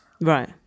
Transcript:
Right